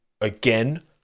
again